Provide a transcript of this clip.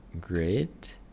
great